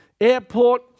airport